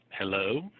Hello